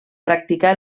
practicar